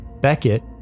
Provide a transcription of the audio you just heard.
Beckett